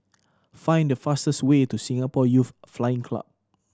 find the fastest way to Singapore Youth Flying Club